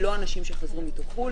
לא אנשים שחזרו מחו"ל.